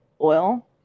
oil